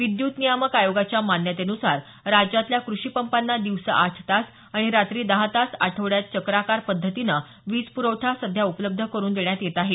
विद्यत नियामक आयोगाच्या मान्यतेनुसार राज्यातल्या कृषी पंपांना दिवसा आठ तास आणि रात्री दहा तास आठवड्यात चक्राकार पध्दतीनं वीज प्रखठा सध्या उपलब्ध करून देण्यात येत आहे